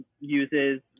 uses